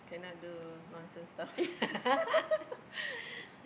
cannot do nonsense stuff